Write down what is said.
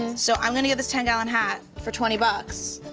so i'm gonna get this ten gallon hat for twenty bucks,